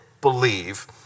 believe